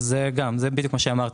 זה בדיוק מה שאמרת.